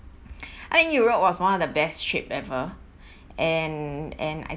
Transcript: I think europe was one of the best trip ever and and